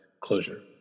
closure